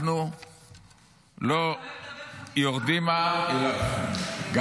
אנחנו לא יורדים אל העם אלא --- על מה אתה הולך לדבר חצי שעה?